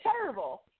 terrible